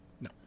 No